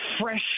fresh